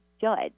Judge